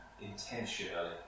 intentionally